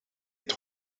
het